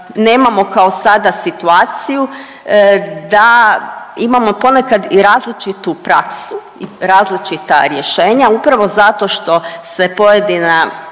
kao sada situaciju da imamo ponekad i različitu praksu, različita rješenja upravo zato što se pojedina